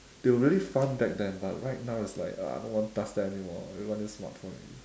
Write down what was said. they were really fun back then but right now it's like uh I don't want touch that anymore everyone use smart phone already